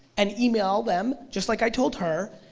and email them just like i told her.